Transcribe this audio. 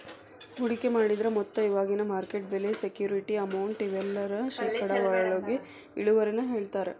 ಹೂಡಿಕೆ ಮಾಡಿದ್ರ ಮೊತ್ತ ಇವಾಗಿನ ಮಾರ್ಕೆಟ್ ಬೆಲೆ ಸೆಕ್ಯೂರಿಟಿ ಅಮೌಂಟ್ ಇವೆಲ್ಲದರ ಶೇಕಡಾವಾರೊಳಗ ಇಳುವರಿನ ಹೇಳ್ತಾರಾ